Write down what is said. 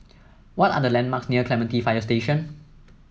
what are the landmarks near Clementi Fire Station